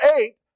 eight